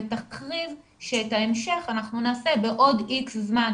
ותכריז שאת ההמשך אנחנו נעשה בעוד איקס זמן,